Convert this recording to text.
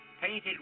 Painted